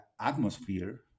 atmosphere